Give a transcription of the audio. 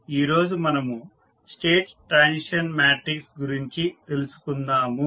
ఈరోజు మనము state transition matrix గురించి తెలుసుకుందాము